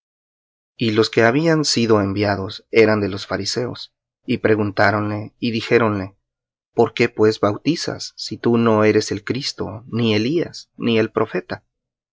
y los que habían sido enviados eran de los fariseos y preguntáronle y dijéronle por qué pues bautizas si tú no eres el cristo ni elías ni el profeta